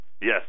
Yes